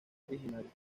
originaria